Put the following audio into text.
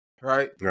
right